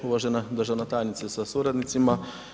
Uvažena državna tajnice sa suradnicima.